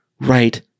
right